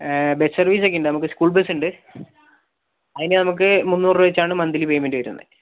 bus സർവീസൊക്കെ ഉണ്ട് നമുക്ക് സ്കൂൾ ബസുണ്ട് അതിനു നമുക്ക് മുന്നൂറുരൂപ വെച്ചാണ് മന്ത്ലി പേയ്മെൻ്റെ വരുന്നത്